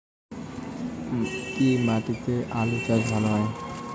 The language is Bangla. কি মাটিতে আলু চাষ ভালো হয়?